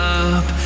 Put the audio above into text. up